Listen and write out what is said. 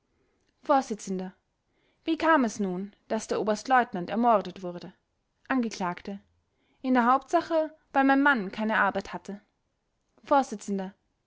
vors wie kam es nun daß der oberstleutnant ermordet wurde angekl in der hauptsache weil mein mann keine arbeit hatte